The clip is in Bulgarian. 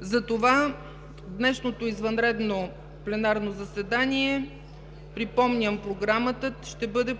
Затова днешното извънредно пленарно заседание, припомням програмата, ще бъде